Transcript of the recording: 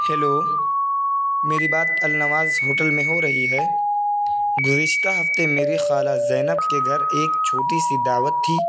hello میری بات Alnawaz hotel میں ہو رہی ہے گزشتہ ہفتے میں میری خالہ زینب کے گھر ایک چھوٹی سی دعوت تھی